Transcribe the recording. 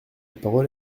parole